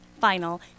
final